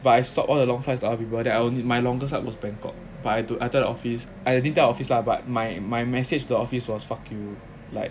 but I swapped all the long flights to other people then I only my longest flight was bangkok but I to I tell the office I didn't tell the office lah but my my message to the office was fuck you like